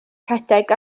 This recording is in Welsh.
rhedeg